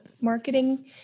marketing